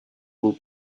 will